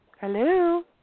Hello